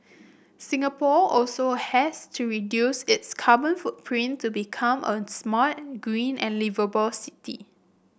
Singapore also has to reduce its carbon footprint to become a smart green and liveable city